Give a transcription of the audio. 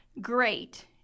Great